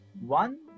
One